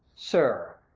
sir,